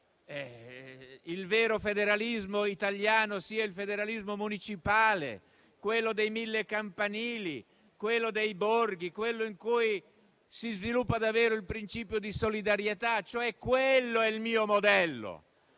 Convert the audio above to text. il vero federalismo italiano sia quello municipale, dei mille campanili e dei borghi, in cui si sviluppa davvero il principio di solidarietà: quello è il mio modello.